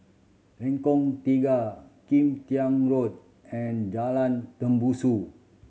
Lengkong Tiga Kim Tian Road and Jalan Tembusu